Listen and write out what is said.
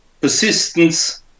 persistence